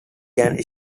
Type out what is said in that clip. can